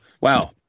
Wow